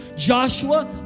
Joshua